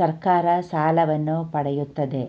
ಸರ್ಕಾರ ಸಾಲವನ್ನು ಪಡೆಯುತ್ತದೆ